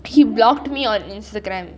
blocked me on instagram